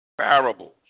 Parables